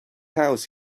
house